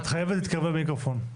את חייבת להתקרב למיקרופון.